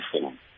form